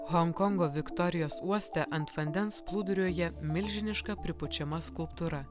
honkongo viktorijos uoste ant vandens plūduriuoja milžiniška pripučiama skulptūra